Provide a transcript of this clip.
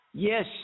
Yes